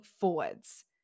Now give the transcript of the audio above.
forwards